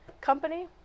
company